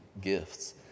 gifts